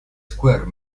square